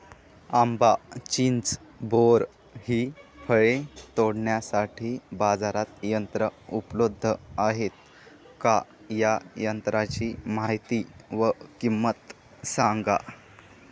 आंबा, चिंच, बोर हि फळे तोडण्यासाठी बाजारात यंत्र उपलब्ध आहेत का? या यंत्रांची माहिती व किंमत सांगा?